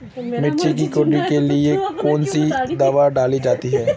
मिर्च में कीड़ों के लिए कौनसी दावा डाली जाती है?